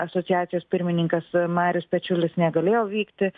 asociacijos pirmininkas marius pečiulis negalėjo vykti